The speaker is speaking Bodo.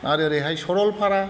आरो ओरैहाय सरलपारा